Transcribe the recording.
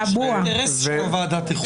יש לך אינטרס שהוועדה תכונס.